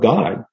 God